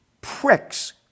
pricks